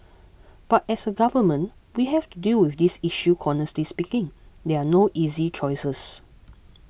but as a government we have deal with this issue honestly speaking there are no easy choices